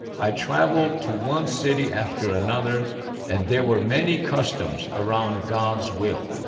i traveled to one city after another and there were many customs around god's will.